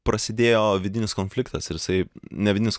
prasidėjo vidinis konfliktas ir jisai ne vidinis